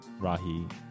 Rahi